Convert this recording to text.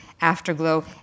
Afterglow